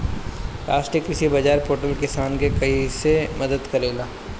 राष्ट्रीय कृषि बाजार पोर्टल किसान के कइसे मदद करेला?